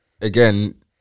again